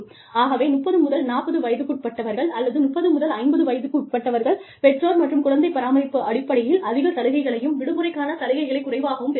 ஆகவே 30 முதல் 40 வயதுக்குட்பட்டவர்கள் அல்லது 30 முதல் 50 வயதுக்குட்பட்டவர்கள் பெற்றோர் மற்றும் குழந்தை பராமரிப்பு அடிப்படையில் அதிக சலுகைகளையும் விடுமுறைக்கான சலுகைகளைக் குறைவாகவும் பெறுவார்கள்